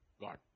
God